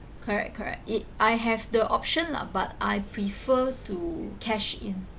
correct correct if I have the option lah but I prefer to cash in